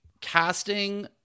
casting